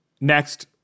Next